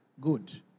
good